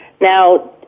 Now